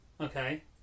Okay